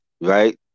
Right